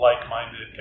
like-minded